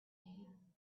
can